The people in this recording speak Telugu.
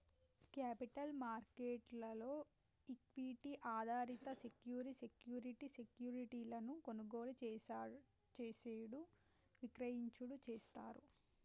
క్యాపిటల్ మార్కెట్ లో ఈక్విటీ ఆధారిత సెక్యూరి సెక్యూరిటీ సెక్యూరిటీలను కొనుగోలు చేసేడు విక్రయించుడు చేస్తారు